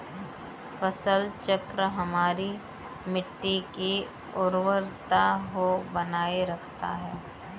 फसल चक्र हमारी मिट्टी की उर्वरता को बनाए रखता है